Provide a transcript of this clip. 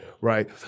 right